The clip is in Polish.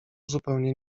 zupełnie